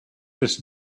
this